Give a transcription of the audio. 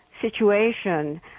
situation